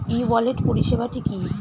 ই wallet পরিষেবাটি কি?